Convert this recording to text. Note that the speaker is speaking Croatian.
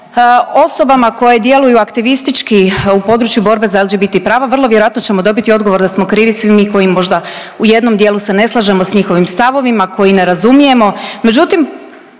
osobama koje djeluju aktivistički u području borbe za LGBT prava vrlo vjerojatno ćemo dobiti odgovor da smo krivi svi mi koji možda u jednom dijelu se ne slažemo sa njihovim stavovima, koji ne razumijemo.